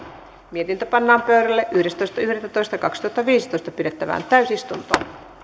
mietintö pannaan pöydälle yhdestoista yhdettätoista kaksituhattaviisitoista pidettävään täysistuntoon